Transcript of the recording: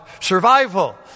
survival